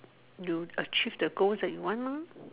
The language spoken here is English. you achieve the goals that you want lah